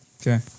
Okay